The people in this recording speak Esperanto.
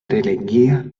religia